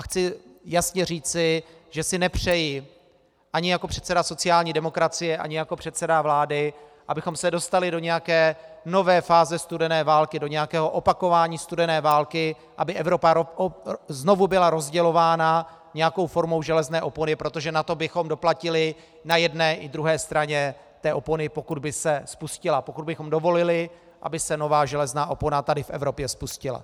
Chci jasně říci, že si nepřeji ani jako předseda sociální demokracie ani jako předseda vlády, abychom se dostali do nějaké nové fáze studené války, do nějakého opakování studené války, aby Evropa znovu byla rozdělována nějakou formou železné opony, protože na to bychom doplatili na jedné i druhé straně té opony, pokud by se spustila, pokud bychom dovolili, aby se nová železná opona tady v Evropě spustila.